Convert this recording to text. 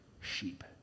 Sheep